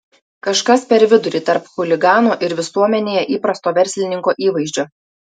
kažkas per vidurį tarp chuligano ir visuomenėje įprasto verslininko įvaizdžio